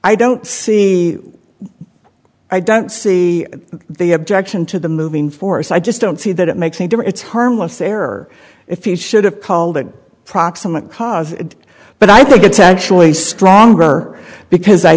i don't see i don't see the objection to the moving force i just don't see that it makes me do it it's harmless error if you should have called it proximate cause but i think it's actually stronger because i